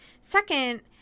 Second